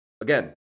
Again